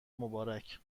مبارک